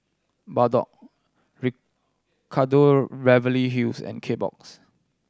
Bardot Ricardo Beverly Hills and Kbox